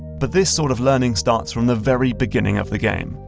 but this sort of learning starts from the very beginning of the game.